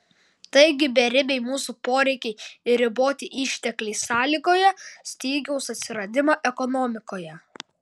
taigi beribiai mūsų poreikiai ir riboti ištekliai sąlygoja stygiaus atsiradimą ekonomikoje